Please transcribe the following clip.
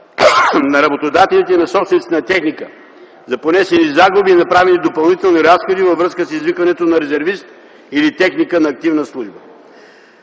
на работодателите и на собствениците на техника за понесени загуби и направени допълнителни разходи във връзка с извикването на резервиста или техника на активна служба.